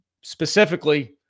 Specifically